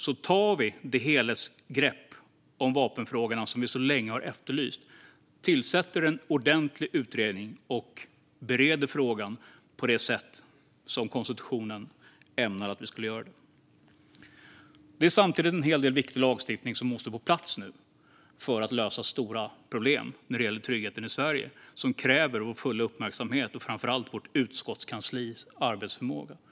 Vi tar det helhetsgrepp om vapenfrågorna som vi länge har efterlyst, tillsätter en ordentlig utredning och bereder frågan på det sätt som krävs enligt konstitutionen. Samtidigt måste en hel del viktig lagstiftning nu komma på plats för att lösa stora problem när det gäller tryggheten i Sverige. Det kräver vår fulla uppmärksamhet och framför allt vårt utskottskanslis arbetsförmåga.